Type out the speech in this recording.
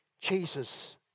Jesus